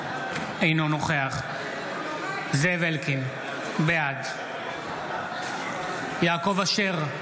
אינו נוכח זאב אלקין, בעד יעקב אשר,